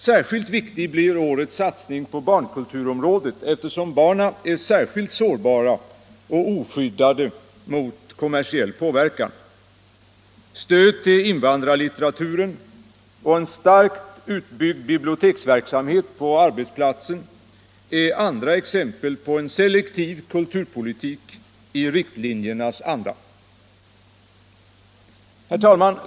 Särskilt viktig blir årets satsning på barnkulturområdet, eftersom barnen är speciellt sårbara och oskyddade mot kommersiell påverkan. Stöd till invandrarlitteraturen och en starkt utbyggd biblioteksverksamhet på arbetsplatsen är andra exempel på en selektiv kulturpolitik i riktlinjernas anda. Herr talman!